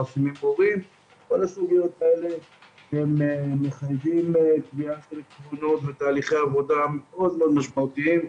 כל הסוגיות האלה מכריחים קביעה של פקודות ותהליכי עבודה מאוד משמעותיים.